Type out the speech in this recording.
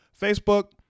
Facebook